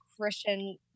Christian